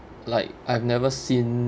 like I've never seen